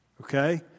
Okay